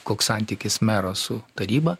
koks santykis mero su taryba